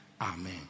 amen